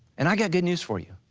and i got good news for you,